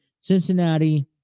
Cincinnati